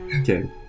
Okay